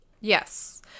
Yes